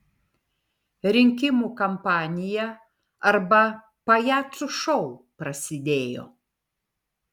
rinkimų kampanija arba pajacų šou prasidėjo